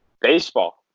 Baseball